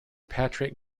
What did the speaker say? patrick